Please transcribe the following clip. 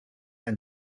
ein